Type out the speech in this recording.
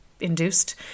induced